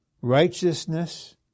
righteousness